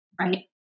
Right